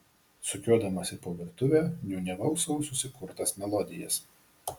sukiodamasi po virtuvę niūniavau savo susikurtas melodijas